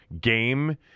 game